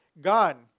gone